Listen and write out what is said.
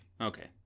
Okay